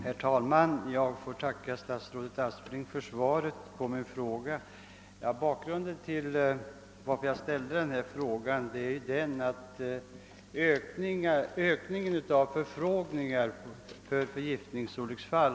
:Herr talman! Jag ber att få tacka statsrådet Aspling för svaret på min fråga. Anledningen till att jag ställde den är den enormt stora ökningen av antalet förfrågningar om förgiftningsolycksfall.